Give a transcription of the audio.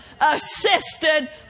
assisted